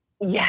Yes